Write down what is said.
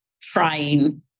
trying